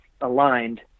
aligned